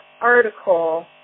article